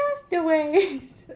castaways